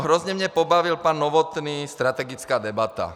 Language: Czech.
Hrozně mě pobavil pan Novotný, strategická debata.